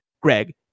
Greg